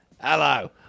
Hello